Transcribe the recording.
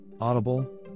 Audible